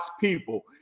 people